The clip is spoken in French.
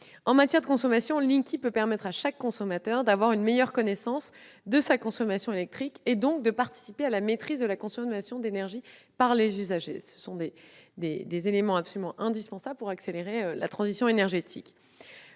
En matière de consommation, le compteur Linky peut permettre à chaque consommateur d'avoir une meilleure connaissance de sa consommation électrique, donc de participer à l'objectif de maîtrise de la consommation d'énergie. Ce sont des éléments indispensables pour accélérer la transition énergétique.